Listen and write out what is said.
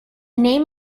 name